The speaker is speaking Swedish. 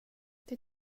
till